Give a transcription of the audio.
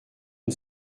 une